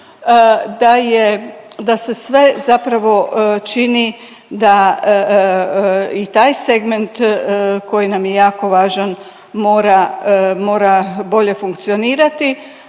da se sve zapravo čini da i taj segment koji nam je jako važan mora, mora bolje funkcionirati,